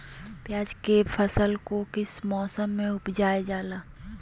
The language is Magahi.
प्याज के फसल को किस मौसम में उपजल जाला?